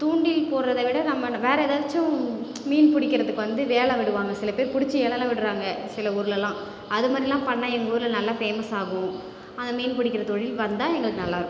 தூண்டில் போடறத விட நம்ம வேறே ஏதாச்சும் மீன் பிடிக்கிறதுக்கு வந்து ஏலம் விடுவாங்க சிலபேர் பிடிச்சு ஏலல்லாம் விடறாங்க சில ஊர்லலாம் அது மாதிரிலாம் பண்ணால் எங்கள் ஊரில் நல்லா ஃபேமஸ் ஆகும் அந்த மீன் பிடிக்கிற தொழில் வந்தால் எங்களுக்கு நல்லா இருக்கும்